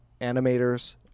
animators